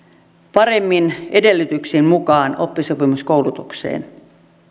paremmin edellytyksin mukaan oppisopimuskoulutukseen